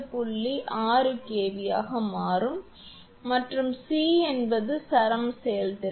6 kV ஆக மாறும் மற்றும் c என்பது சரம் செயல்திறன்